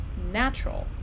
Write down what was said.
natural